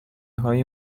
های